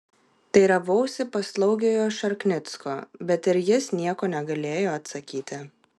teiravausi paslaugiojo šarknicko bet ir jis nieko negalėjo atsakyti